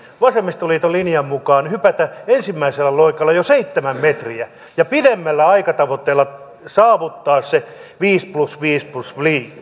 vasemmistoliiton linjan mukaan hypätä ensimmäisellä loikalla jo seitsemän metriä ja pidemmällä aikatavoitteella saavuttaa se viisi plus viisi plus